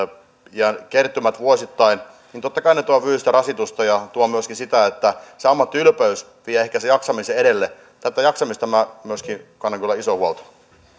ja kertymiä vuosittain niin totta kai ne tuovat fyysistä rasitusta ja tuovat myöskin sitä että se ammattiylpeys menee ehkä sen jaksamisen edelle myöskin tästä jaksamisesta minä kannan kyllä isoa huolta